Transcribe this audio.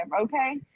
okay